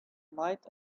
might